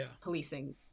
policing